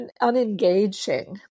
unengaging